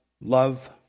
love